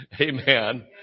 amen